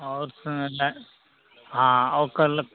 और है हाँ और कल